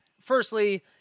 Firstly